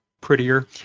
prettier